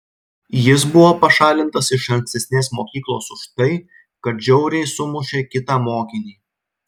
jis buvo pašalintas iš ankstesnės mokyklos už tai kad žiauriai sumušė kitą mokinį